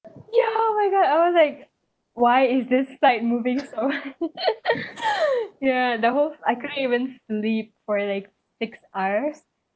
ya oh my god I was like why is this side moving so ya the whole I couldn't even sleep for like six hours